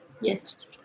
Yes